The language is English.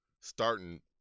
starting –